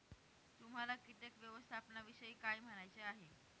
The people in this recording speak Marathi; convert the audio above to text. तुम्हाला किटक व्यवस्थापनाविषयी काय म्हणायचे आहे?